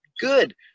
good